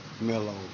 mellow